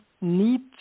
need